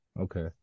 Okay